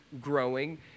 growing